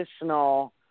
additional